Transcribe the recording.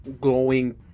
Glowing